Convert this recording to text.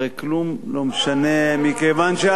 הרי כלום לא משנה, לא, אני מדבר על הרמה המוסרית.